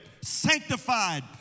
sanctified